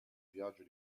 viaggio